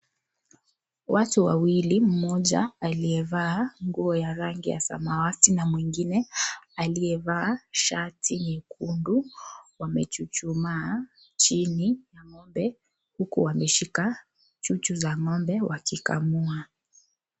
Watu wawili, mmoja aliyevaa, nguo ya rangi ya samawati, na mwingine aliyevaa, shati nyekundu, wamechuchumaa, chini, ya ngombe, huku wameshika chuchu za ngombe wakikamua.